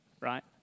right